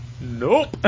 Nope